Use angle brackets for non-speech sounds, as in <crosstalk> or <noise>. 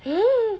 <noise>